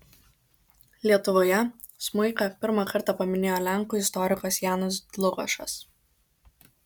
lietuvoje smuiką pirmą kartą paminėjo lenkų istorikas janas dlugošas